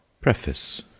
Preface